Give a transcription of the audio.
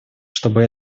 чтобы